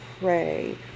Pray